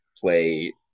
play